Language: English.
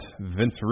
Vince